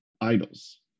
idols